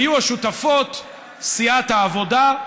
היו השותפות: סיעת העבודה,